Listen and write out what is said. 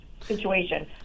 situation